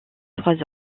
trois